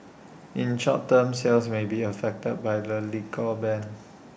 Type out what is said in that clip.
in short term sales may be affected by the liquor ban